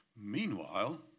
Meanwhile